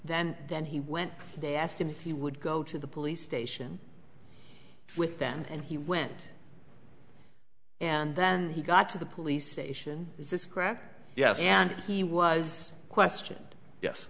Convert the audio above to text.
then then he went they asked him if he would go to the police station with them and he went and then he got to the police station is this crack yes and he was questioned yes